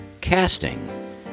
casting